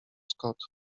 scott